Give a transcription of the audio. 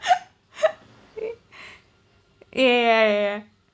ya ya ya ya